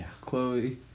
Chloe